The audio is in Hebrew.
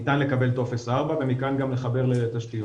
ניתן לקבל טופס 4 ומכאן גם לחבר לתשתיות.